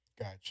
Gotcha